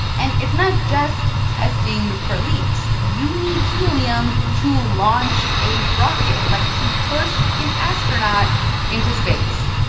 and it's not just testing for leaks. you need helium to launch a rocket like, to push an astronaut into space.